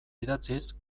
idatziz